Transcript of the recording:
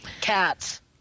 Cats